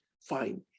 fine